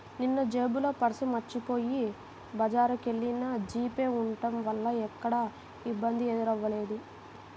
నిన్నజేబులో పర్సు మరచిపొయ్యి బజారుకెల్లినా జీపే ఉంటం వల్ల ఎక్కడా ఇబ్బంది ఎదురవ్వలేదు